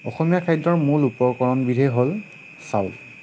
অসমীয়া খাদ্যৰ মূল উপকৰণ বিধেই হ'ল চাউল